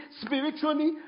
spiritually